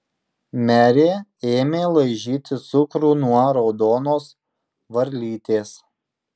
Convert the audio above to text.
merė ėmė laižyti cukrų nuo raudonos varlytės